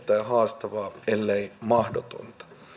haastavaa ellei mahdotonta